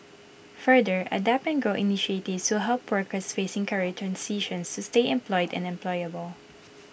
further adapt and grow so help workers facing career transitions to stay employed and employable